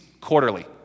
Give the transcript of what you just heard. quarterly